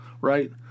right